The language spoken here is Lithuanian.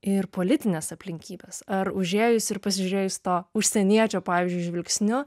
ir politines aplinkybes ar užėjus ir pasižiūrėjus to užsieniečio pavyzdžiui žvilgsniu